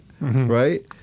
right